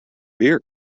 beer